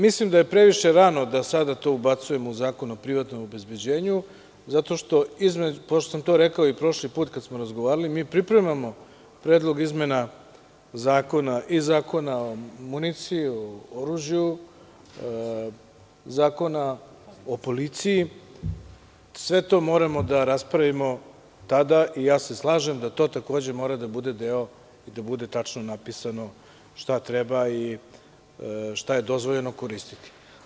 Mislim da je previše rano da to ubacujemo u Zakon o privatnom obezbeđenju, zato što, pošto sam to rekao i prošli put kada smo razgovarali, mi pripremamo predlog izmena Zakona o municiji i oružju, Zakon o policiji, sve to moramo da raspravimo tada i slažem se da to takođe mora da bude deo i da bude tačno napisano šta treba i šta je dozvoljeno koristiti.